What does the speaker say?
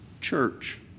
church